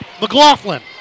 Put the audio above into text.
McLaughlin